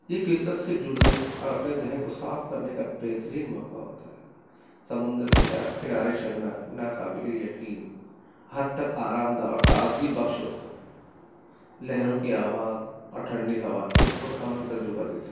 یہ فطرت سے جڑنے اور اپنے ذہن کو صاف کرنے کا بہترین موقع ہوتا ہے سمندر کے کنارے چلنا ناقابل یقین حد تک آرام دہ اور تازگی بخش ہو سکتی لہروں کی آواز اور ٹھنڈی ہوا ایک پرامن تجربہ دے سکتی ہیں